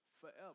forever